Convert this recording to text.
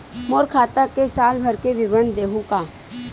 मोर खाता के साल भर के विवरण देहू का?